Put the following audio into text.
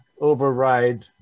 override